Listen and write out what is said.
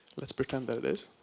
let's pretend that it is?